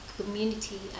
community